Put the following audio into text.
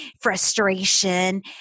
frustration